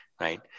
right